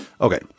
Okay